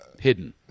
Hidden